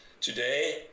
today